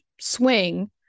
swing